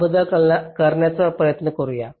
हा बदल करण्याचा प्रयत्न करूया